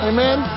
Amen